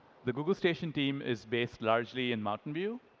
the google station team is based largely in mountain view.